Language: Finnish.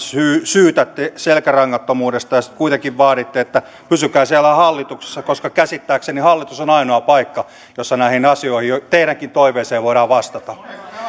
syytätte selkärangattomuudesta ja sitten kuitenkin vaaditte että pysykää siellä hallituksessa koska käsittääkseni hallitus on ainoa paikka jossa näihin asioihin teidänkin toiveisiinne voidaan vastata